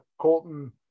Colton